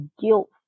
guilt